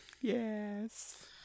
Yes